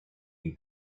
you